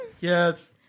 Yes